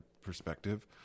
perspective